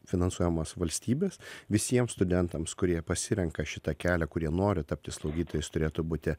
finansuojamos valstybės visiems studentams kurie pasirenka šitą kelią kurie nori tapti slaugytojais turėtų būti